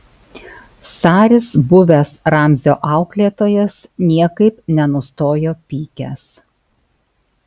saris buvęs ramzio auklėtojas niekaip nenustojo pykęs